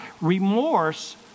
Remorse